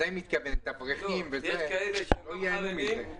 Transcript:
לייעל את התחבורה הציבורית בישובים הערביים.